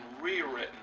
rewritten